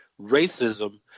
racism